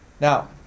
Now